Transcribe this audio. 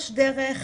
יש דרך